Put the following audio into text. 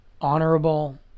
honorable